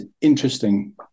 interesting